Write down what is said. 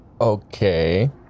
Okay